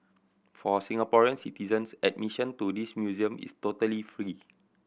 for Singaporean citizens admission to this museum is totally free